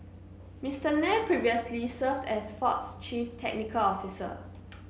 Mister Nair previously served as Ford's chief technical officer